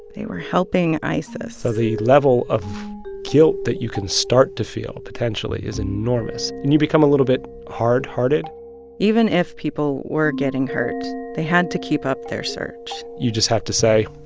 they were helping isis so the level of guilt that you can start to feel potentially is enormous. and you become a little bit hardhearted even if people were getting hurt, they had to keep up their search you just have to say,